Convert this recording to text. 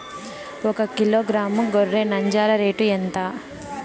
ఒకకిలో గ్రాము గొర్రె నంజర రేటు ఎంత?